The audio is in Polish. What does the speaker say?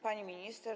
Pani Minister!